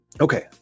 Okay